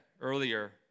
earlier